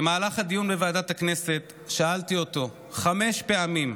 במהלך הדיון בוועדת הכנסת שאלתי אותו חמש פעמים: